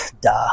Duh